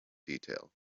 detail